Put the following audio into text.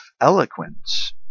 eloquence